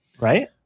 Right